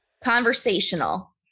conversational